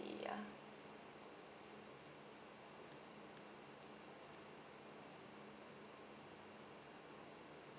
ya